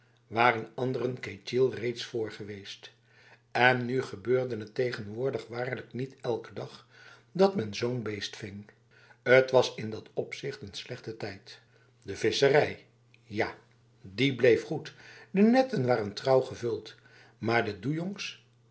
waren anderen ketjil reeds vr geweest en nu gebeurde het tegenwoordig waarlijk niet elke dag dat men zo'n beest ving het was in dat opzicht n slechte tijd de visserij ja die bleef goed de netten waren trouw gevuld maar doejongsb